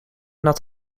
not